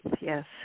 yes